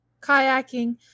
Kayaking